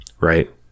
Right